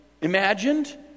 imagined